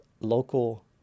local